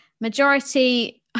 Majority